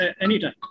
anytime